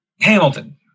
Hamilton